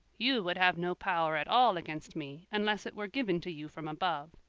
you would have no power at all against me, unless it were given to you from above.